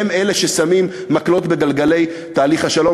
הם אלה ששמים מקלות בגלגלי תהליך השלום,